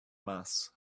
mass